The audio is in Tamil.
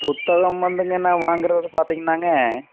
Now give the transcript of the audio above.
புத்தகம் வந்துங்க நான் வாங்குறது பார்த்தீங்கன்னாங்க